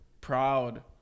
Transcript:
proud